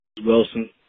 Wilson